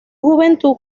juventud